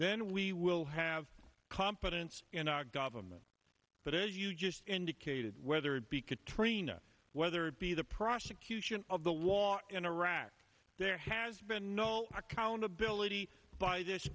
then we will have competence in our government but as you just indicated whether it be katrina whether it be the prosecution of the war in iraq there has been no accountability by